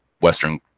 Western